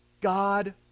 God